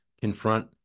confront